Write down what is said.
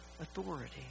authority